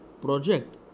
project